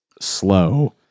slow